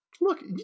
look